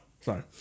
Sorry